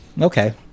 Okay